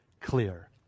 clear